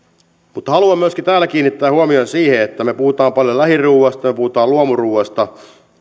mutta myöskin haluaisin kaikkien täällä kiinnittävän huomion siihen että kun me puhumme paljon lähiruuasta me puhumme luomuruuasta